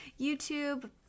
YouTube